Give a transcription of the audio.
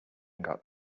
got